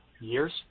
years